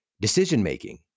decision-making